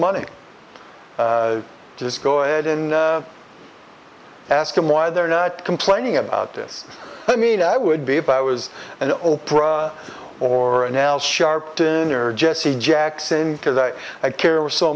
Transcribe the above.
money just go ahead and ask them why they're not complaining about this i mean i would be if i was an oprah or an l sharpton or jesse jackson because i care so